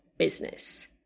business